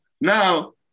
Now